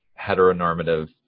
heteronormative